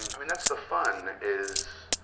i mean, that's the fun is